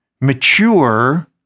mature